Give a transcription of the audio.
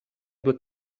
due